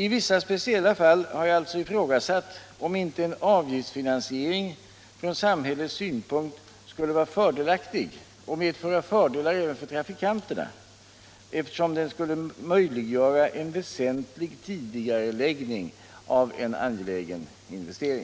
I vissa speciella fall har jag således ifrågasatt om inte en avgiftsfinansiering från samhällets synpunkt skulle vara fördelaktig och medföra fördelar även för trafikanterna, eftersom den skulle möjliggöra en väsentlig tidigareläggning av en angelägen investering.